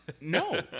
No